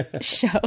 show